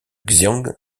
xian